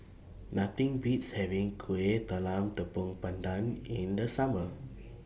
Nothing Beats having Kuih Talam Tepong Pandan in The Summer